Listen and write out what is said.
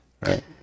Right